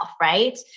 right